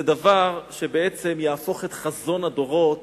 זה דבר שבעצם יהפוך את חזון הדורות